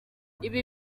ibi